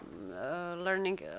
learning